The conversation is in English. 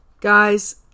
Guys